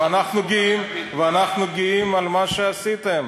ואנחנו גאים על מה שעשיתם.